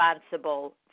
responsible